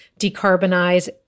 decarbonize